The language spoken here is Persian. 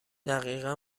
دقیقا